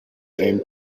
and